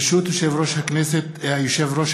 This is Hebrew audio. ברשות יושב-ראש הישיבה,